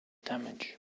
damage